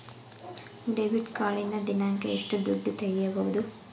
Debit ಕಾರ್ಡಿನಿಂದ ದಿನಕ್ಕ ಎಷ್ಟು ದುಡ್ಡು ತಗಿಬಹುದು?